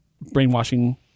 brainwashing